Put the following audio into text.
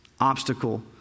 obstacle